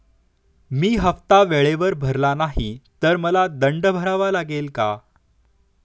मी हफ्ता वेळेवर भरला नाही तर मला दंड भरावा लागेल का?